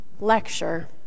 lecture